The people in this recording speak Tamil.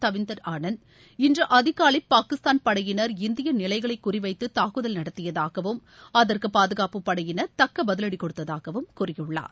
தவீந்தர் ஆனந்த் இன்று அதிகாலை பாகிஸ்தான் படையினர் இந்திய நிலைகளை குறிவைத்து தாக்குதல் நடத்தியதாகவும் அதற்கு பாதுகாப்பு படையினர் தக்க பதிலடி கொடுத்ததாகவும் கூறியுள்ளாா